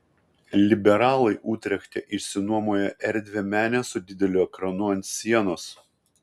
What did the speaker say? liberalai utrechte išsinuomojo erdvią menę su dideliu ekranu ant sienos